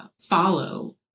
follow